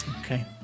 Okay